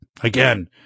again